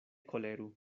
koleru